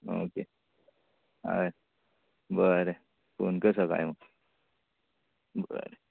okay हय बरें phone कर सकाळी बरें